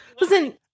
Listen